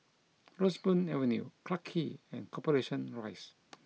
Roseburn Avenue Clarke Quay and Corporation Rise